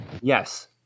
yes